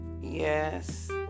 Yes